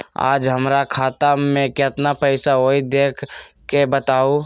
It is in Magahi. आज हमरा खाता में केतना पैसा हई देख के बताउ?